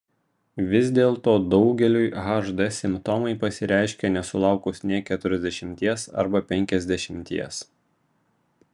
vis dėlto daugeliui hd simptomai pasireiškia nesulaukus nė keturiasdešimties arba penkiasdešimties